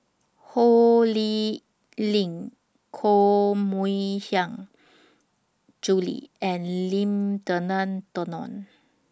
Ho Lee Ling Koh Mui Hiang Julie and Lim Denan Denon